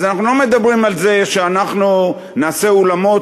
אז אנחנו לא מדברים על זה שאנחנו נעשה אולמות